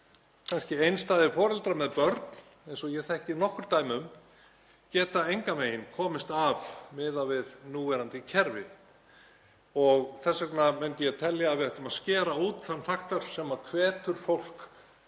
sér. Einstæðir foreldrar með börn, eins og ég þekki nokkur dæmi um, geta engan veginn komist af miðað við núverandi kerfi. Þess vegna myndi ég telja að við ættum að skera út þann faktor sem hvetur fólk,